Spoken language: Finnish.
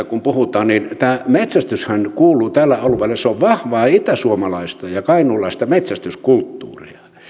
kun puhutaan tästä kulttuurista että metsästyshän kuuluu tälle alueelle se on vahvaa itäsuomalaista ja kainuulaista metsästyskulttuuria